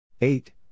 Eight